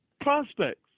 prospects